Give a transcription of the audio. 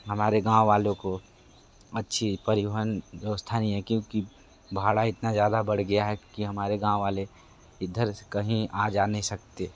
हमारे गाँव वालों को अच्छी परिवहन व्यवस्था नहीं है क्योंकि भाड़ा इतना ज़्यादा बढ़ गया है कि हमारे गाँव वाले इधर से कहीं आ जा नहीं सकते